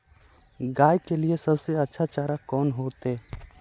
गाय के लिए सबसे अच्छा चारा कौन होते?